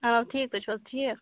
آ ٹھیٖک تُہۍ چھُو حظ ٹھیٖک